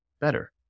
better